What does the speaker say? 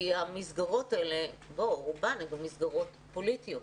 כי המסגרות האלה הן רובן גם מסגרות פוליטיות.